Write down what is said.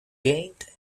gained